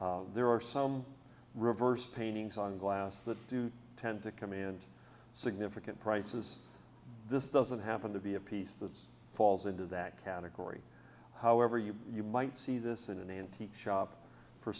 there are some reverse paintings on glass that do tend to command significant prices this doesn't happen to be a piece that falls into that category however you you might see this in an antique shop